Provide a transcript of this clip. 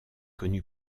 connu